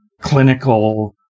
clinical